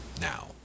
now